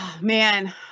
Man